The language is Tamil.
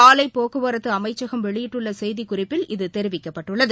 சாலைபோக்குவரத்துஅமைச்சகம் வெளியிட்டுள்ளசெய்திக் குறிப்பில் இது தெரிவிக்கப்பட்டுள்ளது